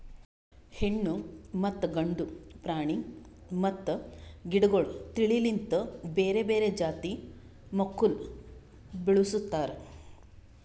ಹೆಣ್ಣು ಮತ್ತ ಗಂಡು ಪ್ರಾಣಿ ಮತ್ತ ಗಿಡಗೊಳ್ ತಿಳಿ ಲಿಂತ್ ಬೇರೆ ಬೇರೆ ಜಾತಿ ಮಕ್ಕುಲ್ ಬೆಳುಸ್ತಾರ್